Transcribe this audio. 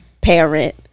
parent